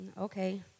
okay